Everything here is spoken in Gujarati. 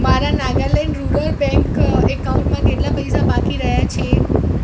મારા નાગાલેંડ રૂરલ બેંક એકાઉન્ટમાં કેટલા પૈસા બાકી રહ્યા છે